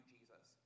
Jesus